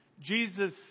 Jesus